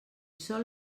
sol